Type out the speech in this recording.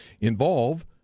involve